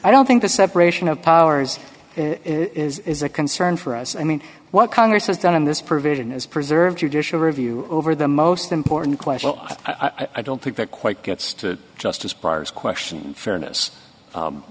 i don't think the separation of powers is a concern for us i mean what congress has done in this provision is preserve judicial review over the most important question but i don't think that quite gets to justice prior's question fairness